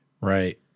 Right